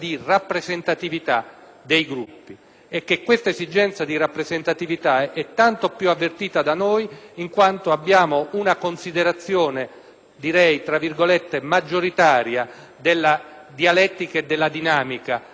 E questaesigenza di rappresentatività è tanto più avvertita da noi in quanto abbiamo una considerazione "maggioritaria" della dialettica e della dinamica all'interno del Senato.